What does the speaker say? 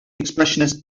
expressionist